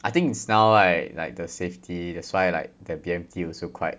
I think it's now right like the safety that's why like the B_M_T also quite